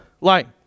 light